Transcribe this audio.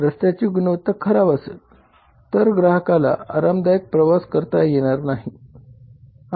जर रस्त्याची गुणवत्ता खराब असेल तर ग्राहकाला आरामदायक प्रवास करता येणार नाही